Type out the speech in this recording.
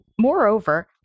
moreover